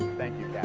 thank you,